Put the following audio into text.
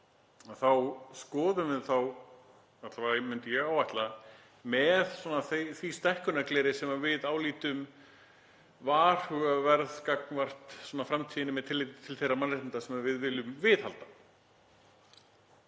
þá skoðum við þá, myndi ég alla vega ætla, með því stækkunargleri sem við álítum varhugaverð gagnvart framtíðinni með tilliti til þeirra mannréttinda sem við viljum viðhalda.